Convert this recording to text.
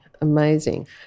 Amazing